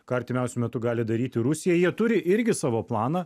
ką artimiausiu metu gali daryti rusija jie turi irgi savo planą